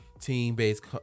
team-based